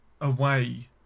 away